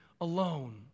alone